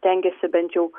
stengiasi bent jau